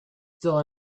still